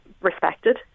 respected